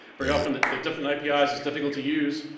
very often the different api ah is is difficult to use,